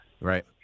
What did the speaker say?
Right